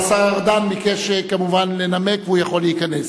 אבל השר ארדן ביקש כמובן לנמק, והוא יכול להיכנס.